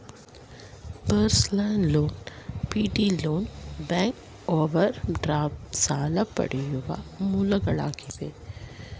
personal loan, payday loan, bank overdraft ಸಾಲ ಪಡೆಯುವ ಮೂಲಗಳಾಗಿವೆ